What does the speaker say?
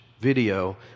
video